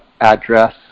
address